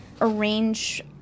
arrange